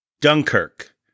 Dunkirk